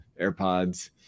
AirPods